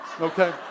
Okay